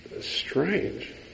strange